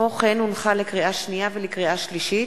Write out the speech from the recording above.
לקריאה שנייה ולקריאה שלישית: